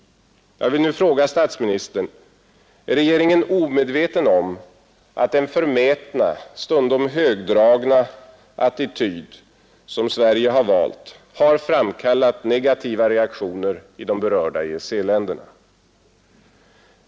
Jag vill nu fråga statsministern: Är regeringen omedveten om att den förmätna, stundom högdragna attityd som Sverige valt har framkallat negativa reaktioner i de berörda EEC-länderna?